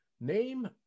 Name